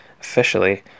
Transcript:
officially